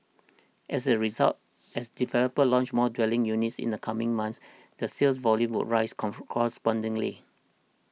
as a result as developers launch more dwelling units in the coming months the sales volume would rise correspondingly